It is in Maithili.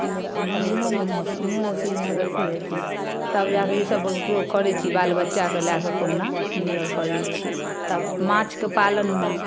मूँग मूँग के सीजन अथी हेथिन तब जाकऽ ईसब उपयोग करै छी बाल बच्चाके लए कऽ कहुना गुजर करै छी तब माछके पालनमे